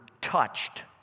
touched